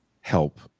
help